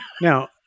now